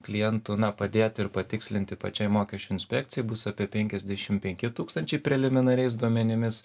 klientų na padėt ir patikslinti pačiai mokesčių inspekcijai bus apie penkiasdešimt penki tūkstančiai preliminariais duomenimis